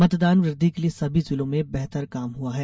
मतदान वृद्धि के लिये सभी जिलों में बेहतर काम हुआ है